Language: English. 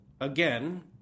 again